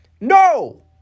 no